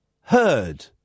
heard